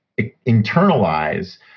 internalize